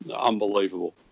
Unbelievable